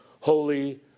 holy